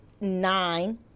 nine